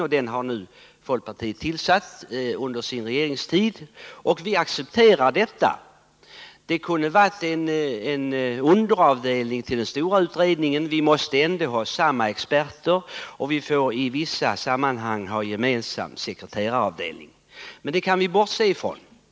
Vi har sagt: Å la bonne heure. Folkpartiet har nu under sin regeringstid tillsatt en utredning. Vi accepterar detta. Den kunde ha utgjort en underavdelning till den stora utredningen. Vi måste ändå anlita samma experter, och vi får i vissa sammanhang ha gemensam sekreteraravdelning. Men det kan vi bortse från.